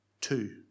Two